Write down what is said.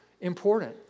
important